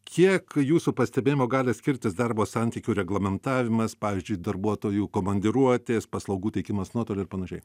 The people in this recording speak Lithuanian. kiek jūsų pastebėjimu gali skirtis darbo santykių reglamentavimas pavyzdžiui darbuotojų komandiruotės paslaugų teikimas nuotoliu ir panašiai